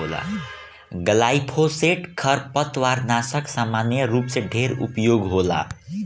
glyphosate खरपतवारनाशक सामान्य रूप से ढेर उपयोग होला